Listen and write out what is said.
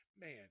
man